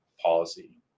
policy